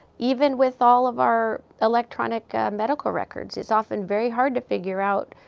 even with all of our electronic medical records, it's often very hard to figure out,